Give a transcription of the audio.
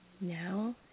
Now